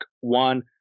one